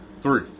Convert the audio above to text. Three